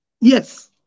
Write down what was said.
Yes